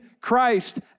Christ